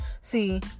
See